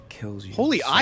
Holy